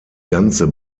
ganze